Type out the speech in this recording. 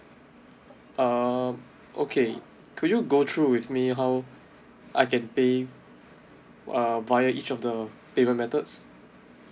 um okay could you go through with me how I can pay uh via each of the payment methods